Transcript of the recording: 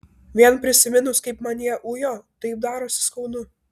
vien prisiminus kaip mane jie ujo taip darosi skaudu